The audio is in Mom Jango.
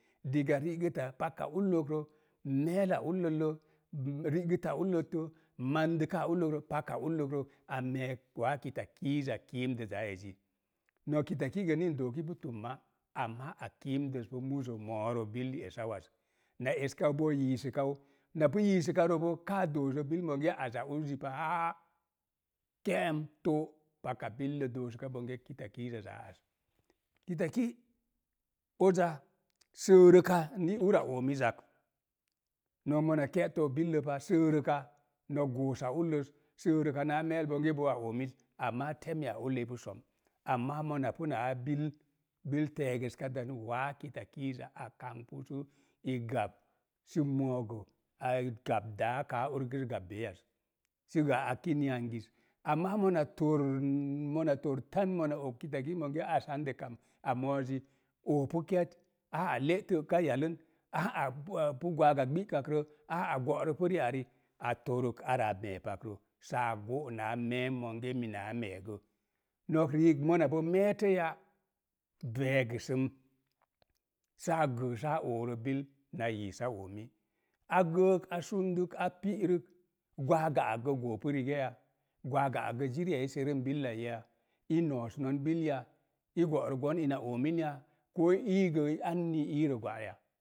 Diga ri'gəta paka ulləkrə, me̱e̱la ulləllə, rigəta ulləttə, mandəka ulləkrə, paka ulləkrə, a me̱e̱k waa kitakiiza kumdəzzaa ezi. Nok kitaki gə ni n dook ipu tumma, ama a kumdəz pu muzə mo̱o̱rə bil esauwaz. Na eskau boo yiisə kan. Na pu yiisə kaurə boo kaa doosə bil monge azaz uzi pa, a'a, ke'em to paka billə doosaka bonge kitakiizaz aa az. Kitaki, oza səərəke ni ura oomizak, no̱k goosa ullos, səəka na me̱e̱l gee boo a oomiz, amma temiya ulloi ipu som, amma mona pu naa bil, bil te̱e̱gəskatən waa kitakiiza a kamkpu so i gap sə meegə a gap daa kaa, sə ur ur gap beiyaz, səgə a kin yangiz. Amma mona torn, mona tor tan mona og kitakiiz monge az hande kam a mo̱o̱zi, opu ket, aa á lé tə'ka yalən, aá á pu gwaaga gbi'kakrə, aa á go̱'rə saa go naa me̱e̱m monge, minaa me̱e̱ gə. No̱k riik, mona bo me̱e̱təya, veegəsəm, saa gəə saa ooro bilna yiisa oomi. A gəək a sumduk, a pi'rək, gwaaga ak gə goo̱ pu rigaya? Gwaaga akgə ziriya i serum billaiyi ya? I no̱o̱snon bil ya? I go̱'rəgo̱n ina ooin ya? Koo ii gə anni iirə gwa ya?